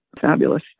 fabulous